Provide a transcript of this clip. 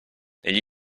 negli